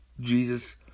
Jesus